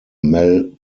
mel